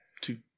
two